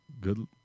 good